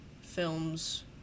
films